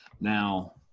Now